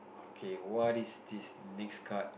okay what is this next card